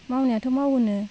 मावनायावथ' मावआनो